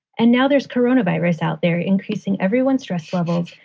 and now there's coronavirus out there, increasing everyone's stress levels,